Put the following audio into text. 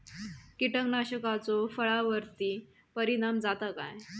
कीटकनाशकाचो फळावर्ती परिणाम जाता काय?